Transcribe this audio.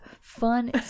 fun